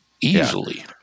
Easily